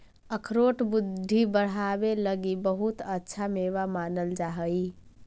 अखरोट बुद्धि बढ़ावे लगी बहुत अच्छा मेवा मानल जा हई